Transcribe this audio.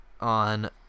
on